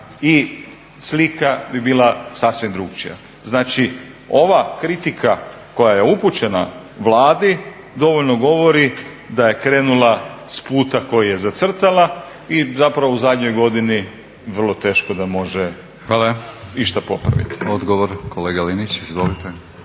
i slika bi bila sasvim drukčija. Znači, ova kritika koja je upućena Vladi dovoljno govori da je krenula s puta koji je zacrtala i zapravo u zadnjoj godini vrlo teško da može išta popraviti. **Batinić, Milorad